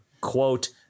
quote